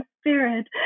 spirit